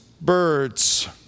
birds